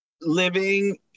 living